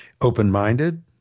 Open-minded